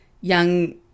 young